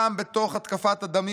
גם בתוך התקפת הדמים